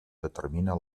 determina